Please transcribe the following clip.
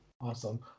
Awesome